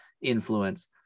influence